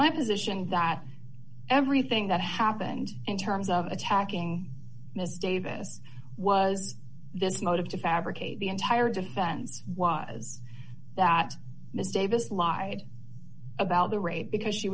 my position that everything that happened in terms of attacking ms davis was this motive to fabricate the entire defense was that this davis lied about the rape because she